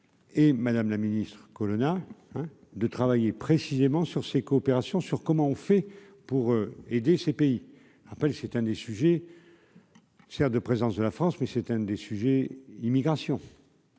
Et Madame la Ministre, Colonna, hein, de travailler, précisément sur ces coopérations sur comment on fait pour aider ces pays à peine, c'est un des sujets, c'est-à-dire de présence de la France, mais c'est un des sujets, immigration.